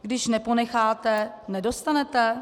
Když neponecháte, nedostanete?